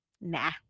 Nah